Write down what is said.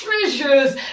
treasures